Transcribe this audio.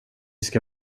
ska